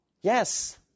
Yes